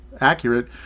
accurate